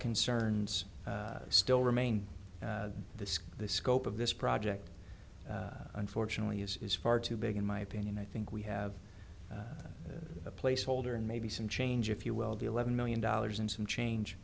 concerns still remain this the scope of this project unfortunately is is far too big in my opinion i think we have a placeholder and maybe some change if you will the eleven million dollars and some change